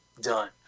done